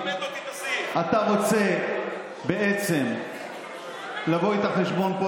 אתה רוצה בעצם לבוא איתה חשבון פה,